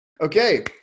Okay